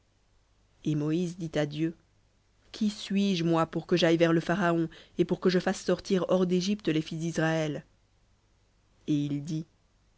et moïse dit à dieu qui suis-je moi pour que j'aille vers le pharaon et pour que je fasse sortir hors d'égypte les fils disraël et il dit